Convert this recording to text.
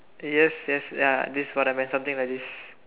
yes yes ya this what I meant something like this